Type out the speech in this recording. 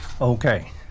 Okay